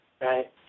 right